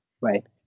Right